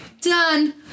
Done